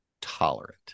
tolerant